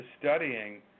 studying